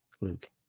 Luke